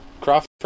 Crawford